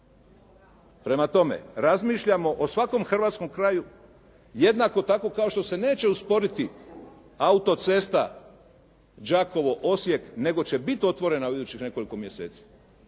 Prema tome, razmišljamo o svakom hrvatskom kraju jednako tako kao što se neće usporiti autocesta Đakovo – Osijek, nego će biti otvorena u idućih nekoliko mjeseci,